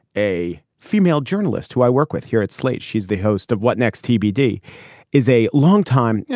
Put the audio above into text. a female journalist who i worked with here at slate. she's the host of what next? tbd is a longtime, yeah